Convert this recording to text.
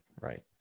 right